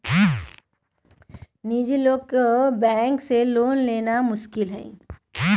निजी लोग से बैंक के लोन देवे में आसानी हो जाहई